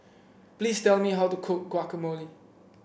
please tell me how to cook Guacamole